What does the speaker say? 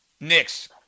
Knicks